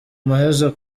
muhezo